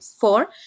four